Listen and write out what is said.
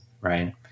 right